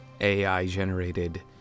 AI-generated